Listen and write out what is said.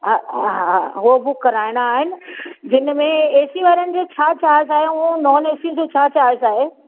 हा हा उहे बुक कराइणा आहिनि जिन में एसी वारनि जो छा चार्ज आहे ऐं नॉन एसी जो छा चार्ज आहे